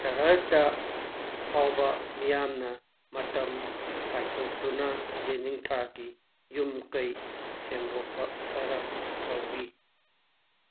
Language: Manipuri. ꯁꯍꯔ ꯗ ꯐꯥꯎꯕ ꯃꯤꯌꯥꯝꯅ ꯃꯇꯝ ꯀꯥꯏꯊꯣꯛꯇꯨꯅ ꯌꯦꯅꯤꯡꯊꯥꯒꯤ ꯌꯨꯝ ꯀꯩ ꯁꯦꯡꯗꯣꯛꯄ ꯈꯔ ꯇꯧꯏ